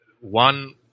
One